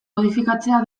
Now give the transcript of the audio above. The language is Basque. kodifikatzea